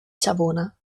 savona